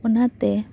ᱚᱱᱟᱛᱮ